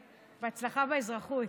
ובהצלחה באזרחות.